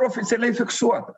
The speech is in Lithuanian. oficialiai fiksuot